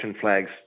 flags